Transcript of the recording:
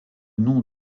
nom